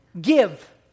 give